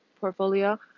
portfolio